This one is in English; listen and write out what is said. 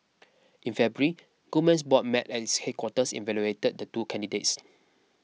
in February Goldman's board met at its headquarters evaluated the two candidates